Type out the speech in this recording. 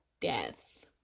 death